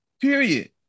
Period